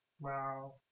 Wow